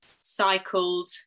cycled